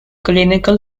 clinical